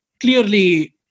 clearly